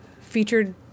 featured